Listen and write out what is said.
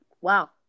Wow